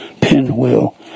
pinwheel